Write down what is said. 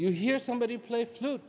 you hear somebody play flute